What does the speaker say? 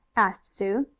asked sue.